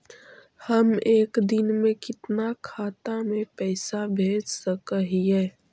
हम एक दिन में कितना खाता में पैसा भेज सक हिय?